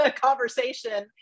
conversation